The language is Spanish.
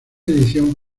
edición